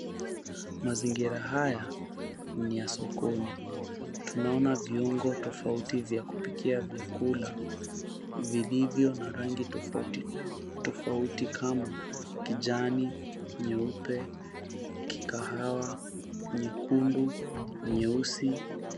Mazingira haya ni ya sokoni tunaona viungo tofauti vya kupikia vyakula vilivyo na rangi tofauti tofauti kama kijani, nyeupe, kikahawa, nyekundu, nyeusi.